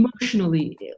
emotionally